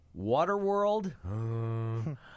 Waterworld